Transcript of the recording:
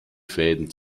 fäden